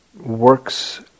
works